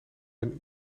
een